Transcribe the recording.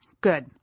good